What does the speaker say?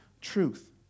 truth